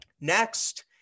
Next